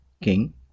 King